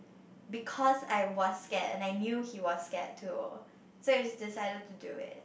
because I was scared and I knew he was scared too so we just decided to do it